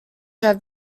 have